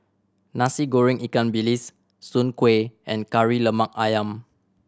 Nasi Goreng ikan bilis Soon Kueh and Kari Lemak Ayam